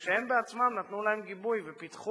שהם בעצמם נתנו להם גיבוי, ופיתחו,